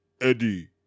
Eddie